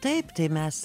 taip tai mes